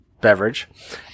beverage